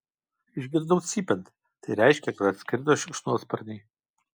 išgirdau cypiant tai reiškė kad atskrido šikšnosparniai